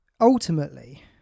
ultimately